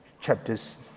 chapters